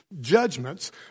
judgments